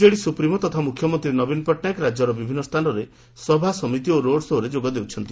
BJD supremo ତଥା ମୁଖ୍ୟମନ୍ତୀ ନବୀନ ପଟ୍ଟନାୟକ ରାଜ୍ୟର ବିଭିନ୍ନ ସ୍ଚାନରେ ସଭାସମିତି ଓ ରୋଡ୍ ଶୋ ରେ ଯୋଗ ଦେଉଛନ୍ତି